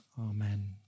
Amen